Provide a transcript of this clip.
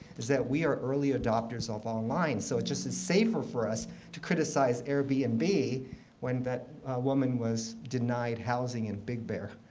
is that we are early adopters of online, so it just is safer for us to criticize airbnb and when that woman was denied housing in big bear,